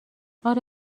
آره